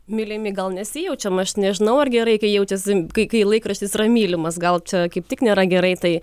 mylimi gal nesijaučiam aš nežinau ar gerai kai jaučiasi kai kai laikraštis yra mylimas gal čia kaip tik nėra gerai tai